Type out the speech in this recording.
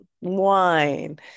wine